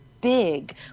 big